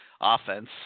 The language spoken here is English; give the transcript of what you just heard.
offense